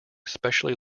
specially